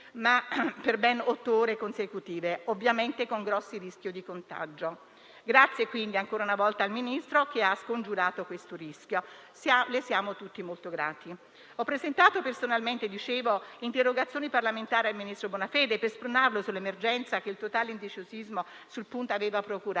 per ben otto ore consecutive, ovviamente con grossi rischio di contagio. Grazie, quindi, ancora una volta al Ministro, che ha scongiurato questo rischio. Le siamo tutti molto grati. Ho presentato personalmente, come dicevo, una interrogazione parlamentare al ministro Bonafede, per spronarlo sull'emergenza che il totale indecisionismo sul punto aveva procurato.